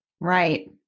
Right